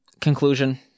conclusion